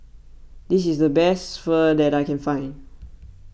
this is the best Pho that I can find